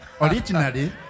Originally